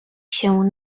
się